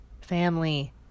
family